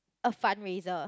a fund raiser